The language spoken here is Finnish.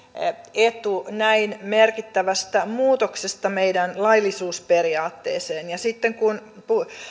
etu näin merkittävästä muutoksesta meidän laillisuusperiaatteeseemme sitten